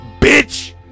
bitch